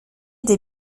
des